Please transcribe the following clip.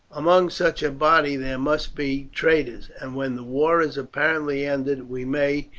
among such a body there must be traitors, and when the war is apparently ended we may,